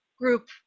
group